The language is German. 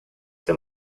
der